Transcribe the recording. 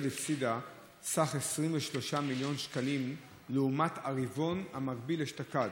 הפסידה סכום של 23 מיליון שקלים לעומת הרבעון המקביל אשתקד,